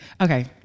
Okay